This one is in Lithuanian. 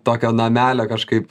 tokio namelio kažkaip